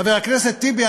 חבר הכנסת טיבי,